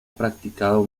practicado